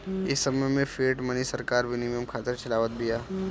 इ समय में फ़िएट मनी सरकार विनिमय खातिर चलावत बिया